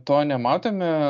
to nematome